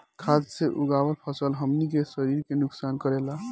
खाद्य से उगावल फसल हमनी के शरीर के नुकसान करेला